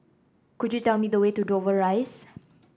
could you tell me the way to Dover Rise